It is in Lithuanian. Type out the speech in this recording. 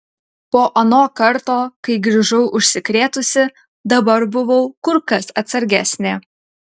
po ano karto kai grįžau užsikrėtusi dabar buvau kur kas atsargesnė